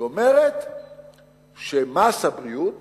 היא אומרת שמס הבריאות